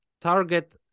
target